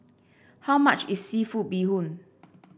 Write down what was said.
how much is seafood Bee Hoon